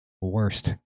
worst